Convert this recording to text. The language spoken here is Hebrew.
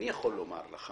אני יכול לומר לך